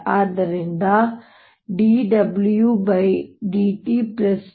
ಆದ್ದರಿಂದ d dWdt ddt E